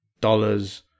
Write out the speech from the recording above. dollars